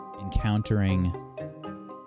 encountering